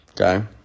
okay